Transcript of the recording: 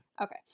Okay